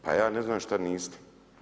Pa ja ne znam što niste.